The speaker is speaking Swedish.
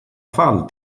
fall